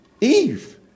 Eve